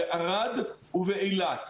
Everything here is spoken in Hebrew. בערד ובאילת